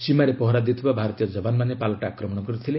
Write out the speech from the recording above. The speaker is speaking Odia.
ସୀମାରେ ପହରାଦେଉଥିବା ଭାରତୀୟ ଯବାନମାନେ ପାଲଟା ଆକ୍ରମଣ କରିଥିଲେ